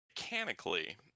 mechanically